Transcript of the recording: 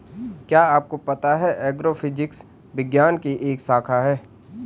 क्या आपको पता है एग्रोफिजिक्स विज्ञान की एक शाखा है?